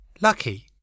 Lucky